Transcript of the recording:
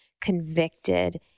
convicted